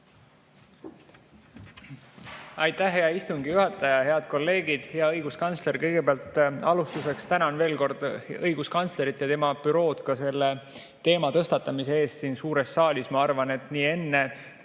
Aitäh, hea istungi juhataja! Head kolleegid! Hea õiguskantsler! Kõigepealt alustuseks tänan veel kord õiguskantslerit ja tema bürood ka selle teema tõstatamise eest siin suures saalis. Ma arvan, et nii enne